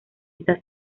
esta